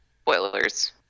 Spoilers